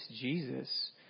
Jesus